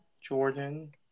Jordan